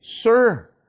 Sir